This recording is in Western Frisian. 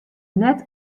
net